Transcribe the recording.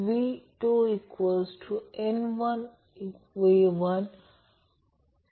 5 Ω आहे inductance 25 millihenry आहे